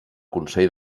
consell